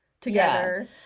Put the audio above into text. together